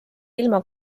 ilma